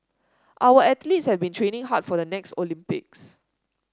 our athletes have been training hard for the next Olympics